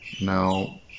Now